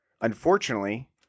unfortunately